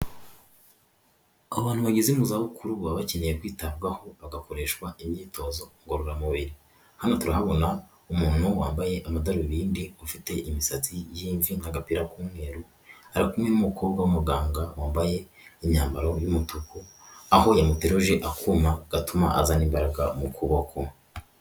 Abantu bageze mu za bukuru baba bakeneye kwitabwaho ha bagakoreshwa imyitozo ngororamubiri hano turahabona umuntu wambaye amadarubindi ufite imisatsi yimye n'agapira k'umweru ara kumwe n'umukobwa w'umuganga wambaye imyambaro y'umutuku aho yamuteruje afuma gatuma azana imbaraga mu kuboko.